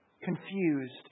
confused